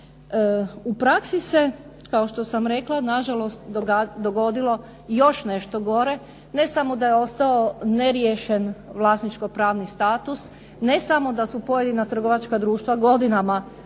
U praksi se, kao što sam rekla, nažalost dogodilo još nešto gore. Ne samo da je ostao neriješen vlasničko-pravni status, ne samo da su pojedina trgovačka društva godinama koristila